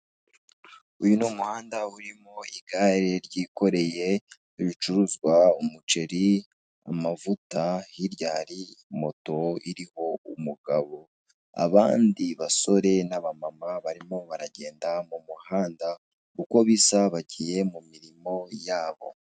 Uyu ni umuhanda urimo igare ryikoreye ibicuruzwa umuceri, amavuta, hirya hari moto iriho umugabo, abandi basore n'abamama barimo baragenda mu muhanda uko bisa bagiye mu mirimo yabo.